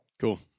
Cool